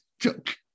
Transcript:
joke